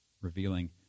revealing